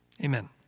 Amen